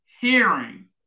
hearing